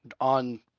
on